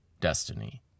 destiny